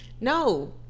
No